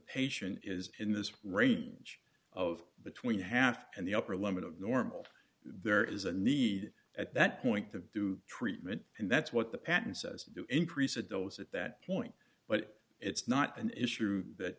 patient is in this range of between half and the upper limit of normal there is a need at that point the treatment and that's what the patent says to increase a dose at that point but it's not an issue that